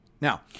Now